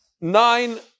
Nine